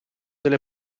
delle